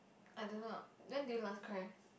I don't know when did you last cry